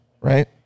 right